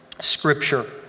scripture